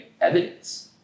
evidence